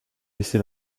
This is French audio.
baissé